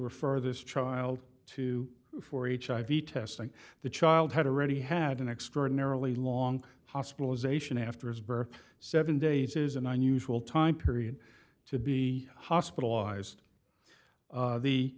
refer this child to for each i v testing the child had already had an extraordinarily long hospitalization after his birth seven days is an unusual time period to be hospitalized